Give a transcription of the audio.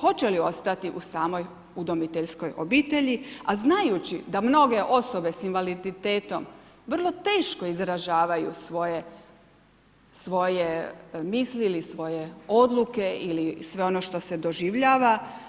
hoće li ostati u samoj udomiteljskoj obitelji, a znajući da mnoge osobe sa invaliditetom vrlo teško izražavaju svoje misli ili svoje odluke ili sve ono što se doživljava.